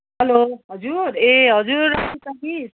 hello हजुर ए हजुर मिस